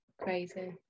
crazy